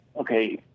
okay